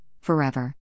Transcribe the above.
forever